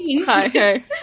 Hi